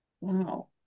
Wow